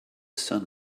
sun